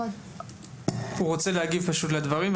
הוא רוצה להגיב לדברים,